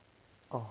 oh